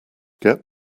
get